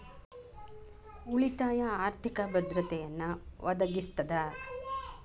ಉಳಿತಾಯ ಆರ್ಥಿಕ ಭದ್ರತೆಯನ್ನ ಒದಗಿಸ್ತದ